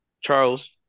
Charles